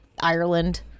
Ireland